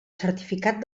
certificat